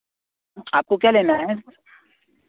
आपको क्या लेना है